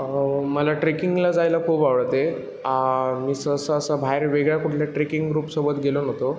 मला ट्रेकिंगला जायला खूप आवडते मी सहसा असा बाहेर वेगळ्या कुठल्या ट्रेकिंग ग्रुपसोबत गेलो नव्हतो